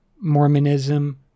mormonism